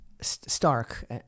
Stark